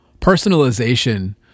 personalization